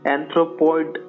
Anthropoid